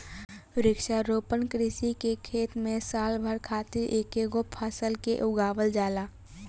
वृक्षारोपण कृषि के खेत में साल भर खातिर एकेगो फसल के उगावल जाला